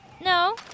No